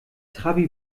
trabi